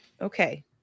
Okay